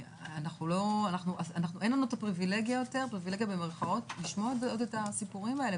אין לנו את ה"פריבילגיה" לשמוע את הסיפורים האלה,